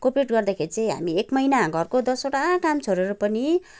cooperate गर्दाखेरि चाहिँ हामी एक महिना घरको दसवटा काम छोडेर पनि